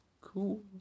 Cool